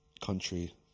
country